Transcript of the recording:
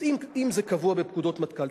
אז אם זה קבוע בפקודות מטכ"ל,